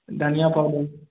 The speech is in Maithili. धनिआ पाउडर